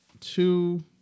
Two